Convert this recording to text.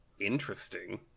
Interesting